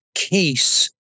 case